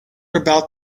about